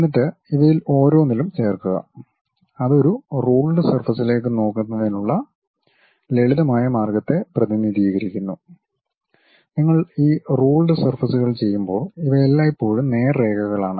എന്നിട്ട് ഇവയിൽ ഓരോന്നിലും ചേർക്കുക അത് ഒരു റുൾഡ് സർഫസ്സിലേക്ക് നോക്കുന്നതിനുള്ള ലളിതമായ മാർഗ്ഗത്തെ പ്രതിനിധീകരിക്കുന്നു നിങ്ങൾ ഈ റൂൾഡ് സർഫസ്കൾ ചെയ്യുമ്പോൾ ഇവ എല്ലായ്പ്പോഴും നേർരേഖകളാണ്